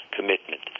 commitment